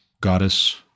goddess